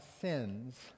sins